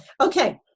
Okay